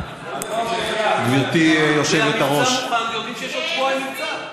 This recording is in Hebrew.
המבצע מוכן, ויודעים שיש עוד שבועיים מבצע.